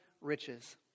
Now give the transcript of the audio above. riches